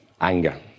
Anger